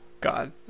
God